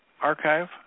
archive